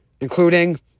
including